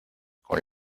con